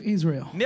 Israel